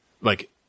like-